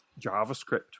JavaScript